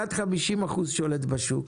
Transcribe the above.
אחד 50% שולט בשוק,